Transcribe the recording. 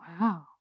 Wow